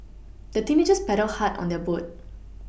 the teenagers paddled hard on their boat